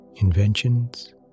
inventions